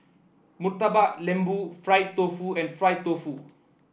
Murtabak Lembu Fried Tofu and Fried Tofu